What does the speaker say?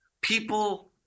People